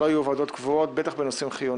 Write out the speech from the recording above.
שלא יהיו ועדות קבועות, בטח בנושאים חיוניים.